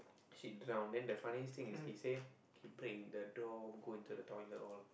she drowned then the funniest thing is he say he break the door go into the toilet all